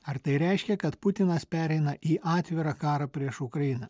ar tai reiškia kad putinas pereina į atvirą karą prieš ukrainą